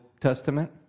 Testament